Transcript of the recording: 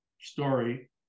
story